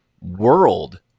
world